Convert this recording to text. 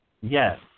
yes